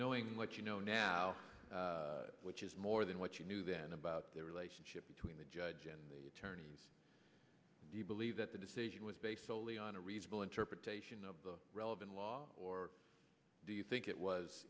knowing what you know now which is more than what you knew then about the relationship between the judge and the attorneys do you believe that the decision was based solely on a reasonable interpretation of the relevant law or do you think it was